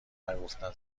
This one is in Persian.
نگفتن